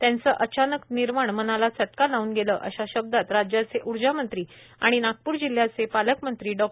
त्यांचे अचानक निर्वाण मनाला चटका लावून गेले आहे अश्या शब्दात राज्याचे ऊर्जामंत्री आणि नागपूर जिल्ह्याचे पालकमंत्री डॉ